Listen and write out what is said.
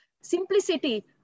Simplicity